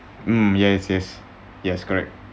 mm yes yes yes correct